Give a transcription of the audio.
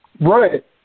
Right